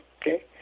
Okay